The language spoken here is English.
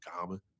common